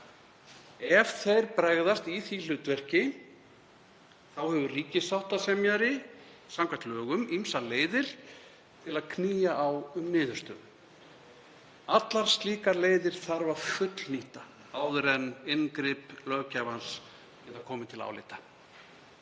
Ef þeir bregðast því hlutverki hefur ríkissáttasemjari samkvæmt lögum ýmsar leiðir til að knýja á um niðurstöðu. Allar slíkar leiðir þarf að fullnýta áður en inngrip löggjafans geta komið til álita.